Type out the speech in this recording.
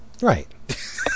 Right